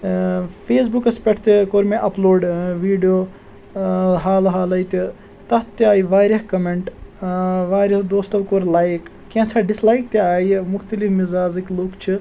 ٲں فیس بُکَس پٮ۪ٹھ تہِ کوٚر مےٚ اَپلوڈ ٲں ویٖڈیو ٲں حال حالٕے تہِ تَتھ تہِ آیہِ واریاہ کوٚمیٚنٛٹ ٲں واریاہو دوستو کوٚر لایِک کینٛژھاہ ڈِسلایِک تہِ آیہِ مُختلِف مِزازٕکۍ لوٗکھ چھِ